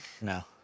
No